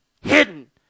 hidden